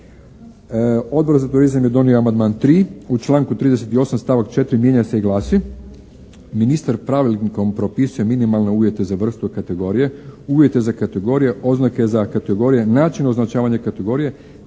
Odbor za turizam je donio amandman 3. U članku 38. stavak 4. mijenja se i glasi: